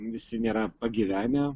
visi nėra pagyvenę